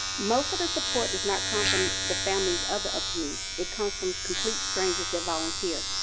most of the support does not come from the families of the abused. it comes from complete strangeers that volunteer.